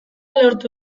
lortu